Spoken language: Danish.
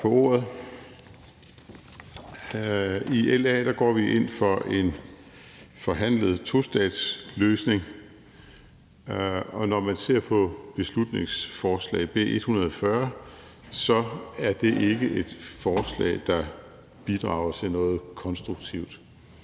I LA går vi ind for en forhandlet tostatsløsning, og når man ser på beslutningsforslag B 140, kan man se, at det ikke er et forslag, der bidrager til noget konstruktivt.